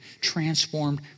transformed